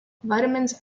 vitamins